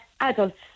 adults